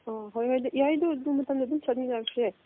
ꯑꯥ ꯍꯣꯏ ꯍꯣꯏ ꯑꯗꯨ ꯌꯥꯏ ꯑꯗꯨ ꯑꯗꯨ ꯃꯇꯝꯗ ꯑꯗꯨꯝ ꯆꯠꯃꯤꯟꯅꯈ꯭ꯔꯁꯦ